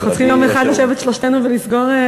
צריכים יום אחד לשבת שלושתנו ולסגור.